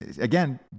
again